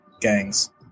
gangs